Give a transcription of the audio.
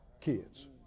kids